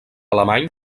alemany